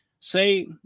Say